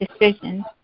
decisions